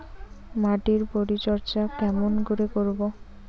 মাটির পরিচর্যা কেমন করে করব?